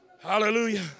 Hallelujah